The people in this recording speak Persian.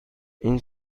این